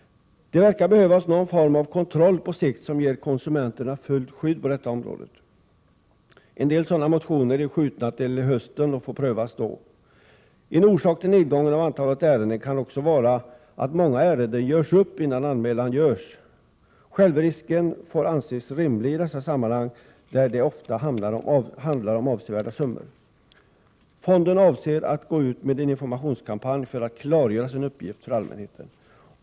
Det verkar behövas någon form av kontroll på sikt, som ger konsumenterna fullt skydd på detta område. En del motioner är skjutna till hösten och får prövas då. En orsak till nedgången av antalet ärenden kan också vara att många ärenden görs upp innan anmälan sker. Självrisken får anses rimlig i dessa sammanhang, där det oftast handlar om avsevärda summor. Fonden avser att gå ut med en informationskampanj för att klargöra sin uppgift för allmänheten.